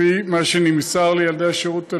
לפי מה שנמסר לי מהשירות הלאומי,